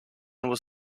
was